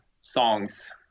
songs